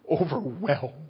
overwhelmed